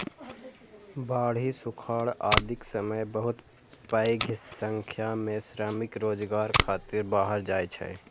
बाढ़ि, सुखाड़ आदिक समय बहुत पैघ संख्या मे श्रमिक रोजगार खातिर बाहर जाइ छै